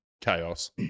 chaos